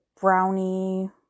brownie